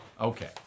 Okay